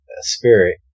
spirit